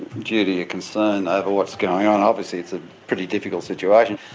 due to your concern over what's going on, obviously it's a pretty difficult situation.